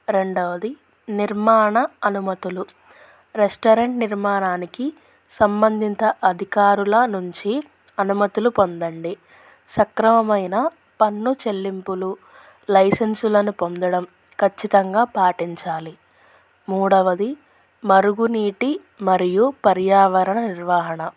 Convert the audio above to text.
రెండవది నిర్మాణ అనుమతులు రెస్టారెంట్ నిర్మాణానికి సంబంధిత అధికారుల నుంచి అనుమతులు పొందండి సక్రమమైన పన్ను చెల్లింపులు లైసెన్సులను పొందడం ఖచ్చితంగా పాటించాలి మూడవది మరుగు నీటి మరియు పర్యావరణ నిర్వాహణ